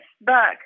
back